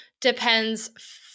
depends